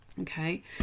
Okay